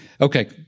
Okay